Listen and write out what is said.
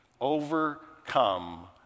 overcome